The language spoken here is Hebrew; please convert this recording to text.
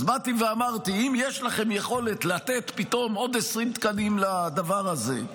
אז באתי ואמרתי: אם יש לכם יכולת לתת פתאום עוד 20 תקנים לדבר הזה,